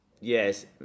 yes